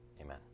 Amen